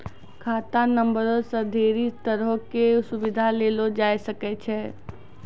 खाता नंबरो से ढेरी तरहो के सुविधा लेलो जाय सकै छै